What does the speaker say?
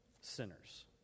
sinners